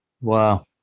Wow